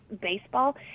baseball